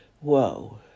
Whoa